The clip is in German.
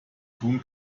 tun